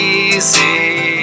easy